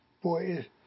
Boy